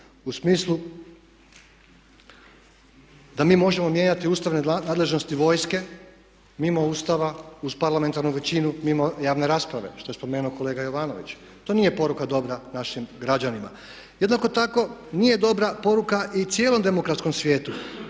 u smislu da mi možemo mijenjati ustavne nadležnosti vojske, mimo Ustava, uz parlamentarnu većinu mimo javne rasprave što je spomenuo kolega Jovanović, to nije poruka dobra našim građanima. Jednako tako nije dobra poruka i cijelom demokratskom svijetu